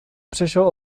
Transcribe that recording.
přešel